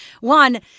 one